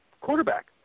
quarterback